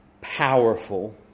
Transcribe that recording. powerful